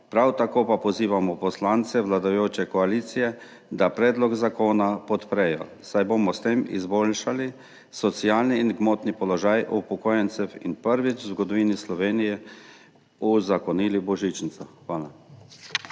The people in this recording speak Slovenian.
Prav tako pa pozivamo poslance vladajoče koalicije, da predlog zakona podprejo, saj bomo s tem izboljšali socialni in gmotni položaj upokojencev in prvič v zgodovini Slovenije uzakonili božičnico. Hvala.